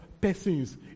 persons